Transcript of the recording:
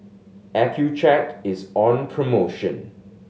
Accucheck is on promotion